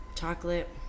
Chocolate